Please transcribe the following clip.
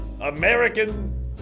American